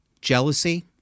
Jealousy